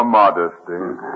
modesty